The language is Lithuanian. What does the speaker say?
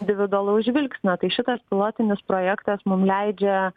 individualaus žvilgsnio tai šitas pilotinis projektas mum leidžia